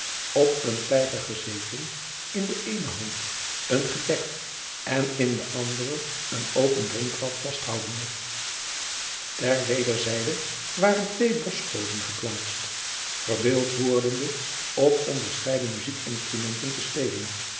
op een tijger gezeten in de eene hand een gedekt en in de andere een open drinkvat vasthoudende er wederzijde waren twee oschgoden geplaatst verbeeld wordende op onderscheiden muzijkinstrumenten te spelen